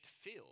feel